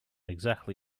exactly